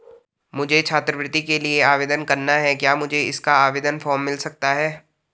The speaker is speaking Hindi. मुझे छात्रवृत्ति के लिए आवेदन करना है क्या मुझे इसका आवेदन फॉर्म मिल सकता है?